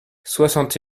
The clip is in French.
soixante